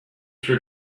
for